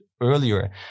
earlier